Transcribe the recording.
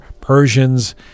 Persians